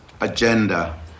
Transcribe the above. agenda